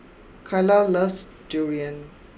Kylah loves Durian